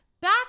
Back